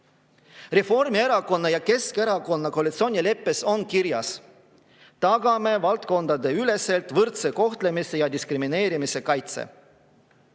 kustutatu. Reformierakonna ja Keskerakonna koalitsioonileppes on kirjas: "Tagame valdkondade üleselt võrdse kohtlemise ja diskrimineerimise kaitse."